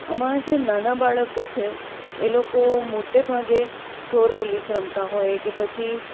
અમારા જે નાના બાળકો છે એ લોકો મોટે ભાગે ચોર પુલીસ રમતા હોય કે પછી